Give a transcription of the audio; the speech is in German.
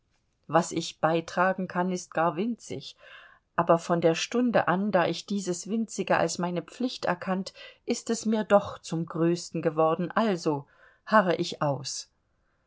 was ich beitragen kann ist gar winzig aber von der stunde an da ich dieses winzige als meine pflicht erkannt ist es mir doch zum größten geworden also harre ich aus